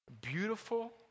beautiful